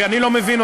ולכן אני לא מבינה